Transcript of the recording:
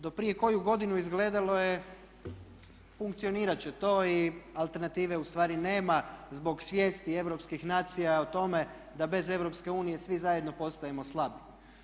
Do prije koju godinu izgledalo je funkcionirat će to i alternative ustvari nema zbog svijesti europskih nacija o tome da bez EU svi zajedno postajemo slabi.